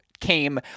came